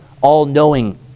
all-knowing